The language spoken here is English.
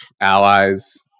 allies